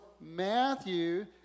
Matthew